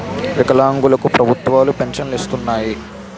వికలాంగులు కు ప్రభుత్వాలు పెన్షన్ను ఇస్తున్నాయి